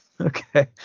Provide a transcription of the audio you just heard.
Okay